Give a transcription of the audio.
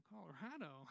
Colorado